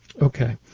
Okay